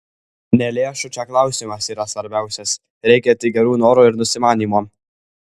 ne lėšų čia klausimas yra svarbiausias reikia tik gerų norų ir nusimanymo